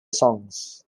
songs